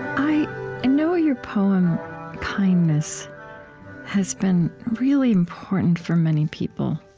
i and know your poem kindness has been really important for many people.